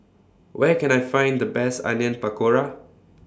Where Can I Find The Best Onion Pakora